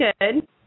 good